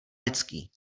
lidský